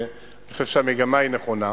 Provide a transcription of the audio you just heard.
ואני חושב שהמגמה היא נכונה.